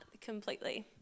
completely